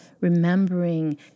remembering